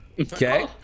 Okay